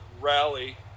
rally